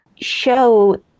show